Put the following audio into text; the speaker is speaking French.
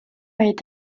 est